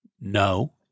No